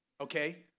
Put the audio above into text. okay